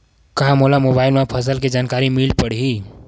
का मोला मोबाइल म फसल के जानकारी मिल पढ़ही?